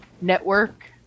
network